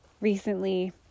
recently